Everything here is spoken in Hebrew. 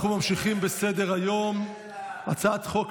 אנחנו עוברים להצעת החוק השנייה, להצעת חוק